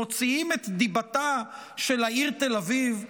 מוציאים את דיבתה של העיר תל אביב,